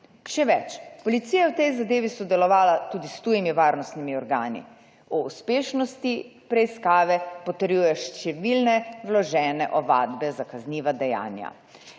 Še več, policija je v tej zadevi sodelovala tudi s tujimi varnostnimi organi, o uspešnosti preiskave potrjujejo številne vložene ovadbe za kazniva dejanja.